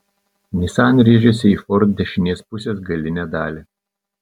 nissan rėžėsi į ford dešinės pusės galinę dalį